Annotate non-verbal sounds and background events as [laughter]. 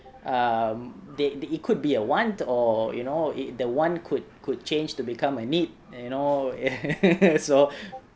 um they it could be a want or you know the want could could change to become a need and you know [laughs] so